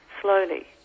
slowly